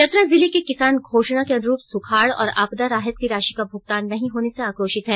चतरा जिले के किसान घोषणा के अनुरूप सुखाड़ और आपदा राहत की राशि का भूगतान नहीं होने से आक्रोशित हैं